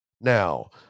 now